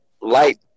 light